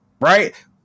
right